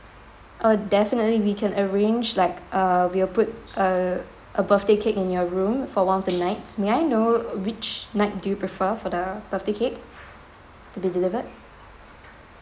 uh definitely we can arrange like err we'll put a a birthday cake in your room for one of the nights may I know which night do prefer for the birthday cake to be delivered